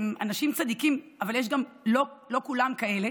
הם אנשים צדיקים, אבל יש גם, לא כולם כאלה.